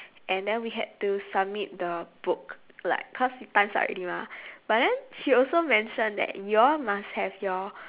and then we had to submit the book like cause time's up already mah but then she also mentioned that you all must have your